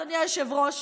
אדוני היושב-ראש,